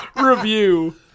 review